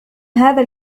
هذا